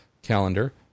calendar